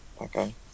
Okay